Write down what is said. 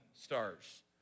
stars